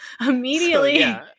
immediately